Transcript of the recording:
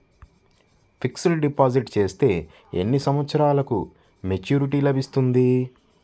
Fixed deposit చేస్తే ఎన్ని సంవత్సరంకు మెచూరిటీ లభిస్తుంది?